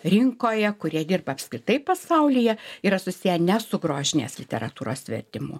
rinkoje kurie dirba apskritai pasaulyje yra susiję ne su grožinės literatūros vertimu